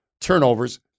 turnovers